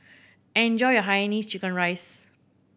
enjoy your hainanese chicken rice